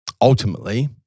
Ultimately